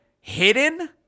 hidden